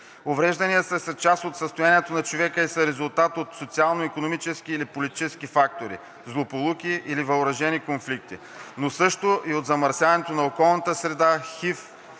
Уврежданията са част от състоянието на човека и са резултат от социално-икономически или политически фактори, злополуки или въоръжен конфликт, но също и от замърсяването на околната среда,